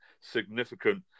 significant